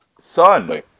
Son